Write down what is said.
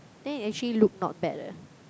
then it actually look not bad leh